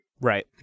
Right